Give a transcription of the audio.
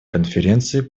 конференцией